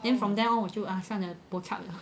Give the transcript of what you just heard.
then from then on 我就 ah 算了 bo chup liao